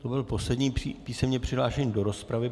To byl poslední písemně přihlášený do rozpravy.